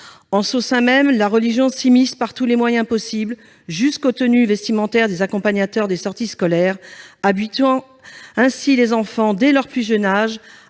En son sein même, la religion s'immisce par tous les moyens possibles, jusqu'aux tenues vestimentaires des accompagnateurs des sorties scolaires, habituant ainsi les enfants, dès leur plus jeune âge,